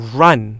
run